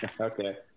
Okay